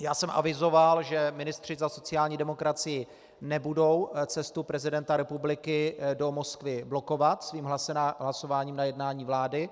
Já jsem avizoval, že ministři za sociální demokracii nebudou cestu prezidenta republiky do Moskvy blokovat svým hlasováním na jednání vlády.